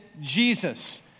Jesus